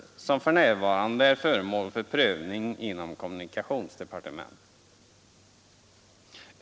Ärendet är för närvarande föremål för prövning inom kommunikationsdepartementet.